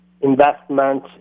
investment